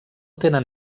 tenen